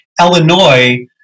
Illinois